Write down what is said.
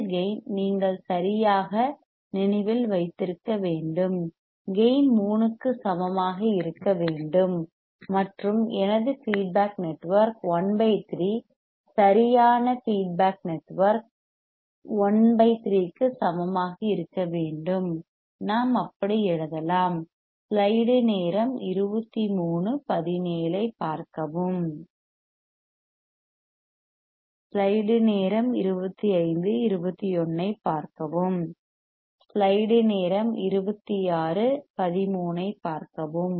எனது கேயின் நீங்கள் சரியாக நினைவில் வைத்திருக்க வேண்டும் கேயின் 3 க்கு சமமாக இருக்க வேண்டும் மற்றும் எனது ஃபீட்பேக் நெட்வொர்க் 13 சரியான ஃபீட்பேக் நெட்வொர்க் 13 க்கு சமமாக இருக்க வேண்டும் நாம் அப்படி எழுதலாம்